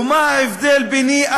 ומה ההבדל ביני,